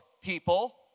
people